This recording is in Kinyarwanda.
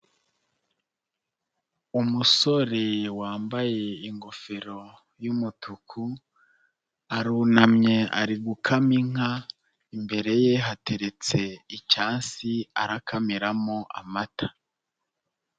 Umusore wambaye ingofero y'umutuku, arunamye ari gukama inka, imbere ye hateretse icyansi arakamiramo amata.